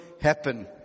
happen